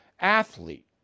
athlete